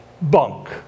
bunk